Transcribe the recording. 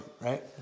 right